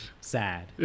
Sad